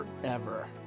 forever